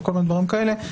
וכל מיני דברים כאלה.